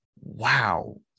Wow